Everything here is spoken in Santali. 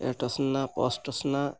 ᱮᱴ ᱟᱥᱱᱟ ᱟᱥᱱᱟ